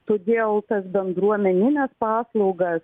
todėl tas bendruomenines paslaugas